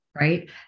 right